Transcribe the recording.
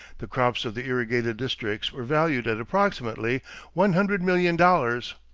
the crops of the irrigated districts were valued at approximately one hundred million dollars.